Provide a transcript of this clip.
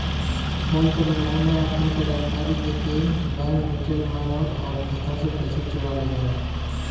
phone पर लुभावना offer क जानकारी देके बैंक डिटेल माँगन आउर खाता से पैसा चोरा लेवलन